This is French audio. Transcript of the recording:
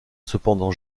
cependant